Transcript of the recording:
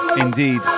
indeed